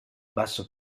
basso